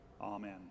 Amen